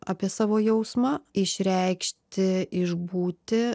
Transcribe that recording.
apie savo jausmą išreikšti išbūti